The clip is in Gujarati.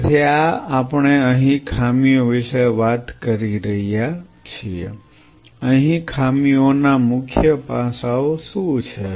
તેથી આ આપણે અહીં ખામીઓ વિશે વાત કરી રહ્યા છીએ અહીં ખામીઓ ના મુખ્ય પાસાઓ શું છે